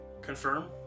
Confirm